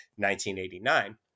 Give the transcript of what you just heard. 1989